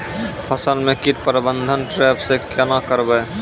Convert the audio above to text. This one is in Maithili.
फसल म कीट प्रबंधन ट्रेप से केना करबै?